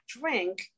drink